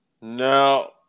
No